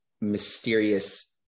mysterious